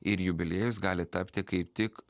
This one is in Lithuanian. ir jubiliejus gali tapti kaip tik